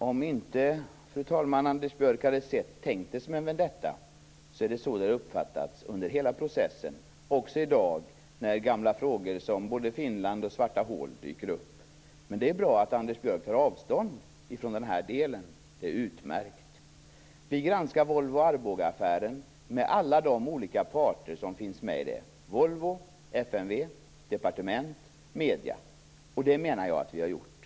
Fru talman! Även om Anders Björck inte hade tänkt det som en vendetta är det så det har uppfattats under hela processen - också i dag, när gamla frågor om Finland och svarta hål dyker upp. Det är bra att Anders Björck tar avstånd från denna del. Det är utmärkt. Vi granskar Volvo-Arboga-affären med alla de olika parter som finns med: Volvo, FMV, departement och medier. Det menar jag att vi har gjort.